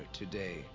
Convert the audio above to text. today